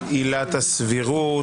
(עילת הסבירות).